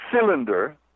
cylinder